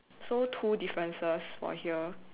so two differences for here